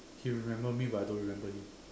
he remembered me but I don't remember him